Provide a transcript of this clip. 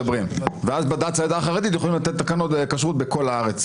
ואז בד"ץ העדה החרדית יכולים לתת תקנות כשרות בכל הארץ.